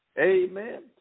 Amen